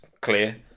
clear